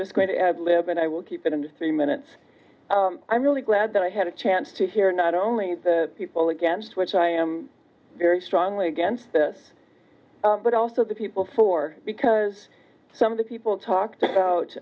just going to ad lib and i will keep it under three minutes i'm really glad that i had a chance to hear not only the people against which i am very strongly against this but also the people for because some of the people talked about